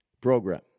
program